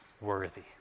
worthy